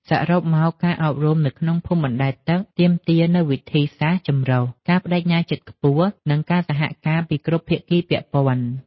សរុបមក ការអប់រំនៅក្នុងភូមិបណ្តែតទឹកទាមទារនូវវិធីសាស្រ្តចម្រុះ ការប្តេជ្ញាចិត្តខ្ពស់ និងការសហការពីគ្រប់ភាគីពាក់ព័ន្ធ។